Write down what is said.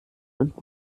und